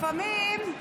לפעמים,